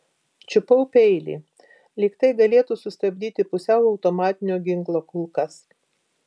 čiupau peilį lyg tai galėtų sustabdyti pusiau automatinio ginklo kulkas